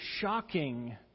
shocking